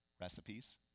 Recipes